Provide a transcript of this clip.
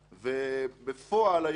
בפועל היום,